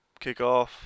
kickoff